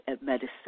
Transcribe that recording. medicine